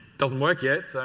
doesn't work yet. so